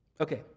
okay